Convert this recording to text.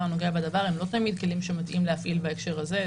הנוגע בדבר הם לא תמיד כלים שמתאים להפעיל בהקשר הזה.